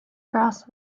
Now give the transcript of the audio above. grass